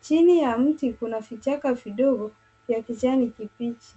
Chini ya mti kuna vichaka vidogo vya kijani kibichi.